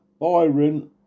Byron